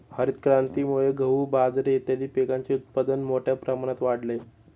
हरितक्रांतीमुळे गहू, बाजरी इत्यादीं पिकांचे उत्पादन मोठ्या प्रमाणात वाढले